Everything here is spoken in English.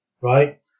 right